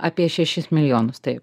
apie šešis milijonustaip